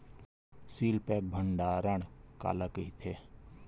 Seal pack भंडारण काला कइथे?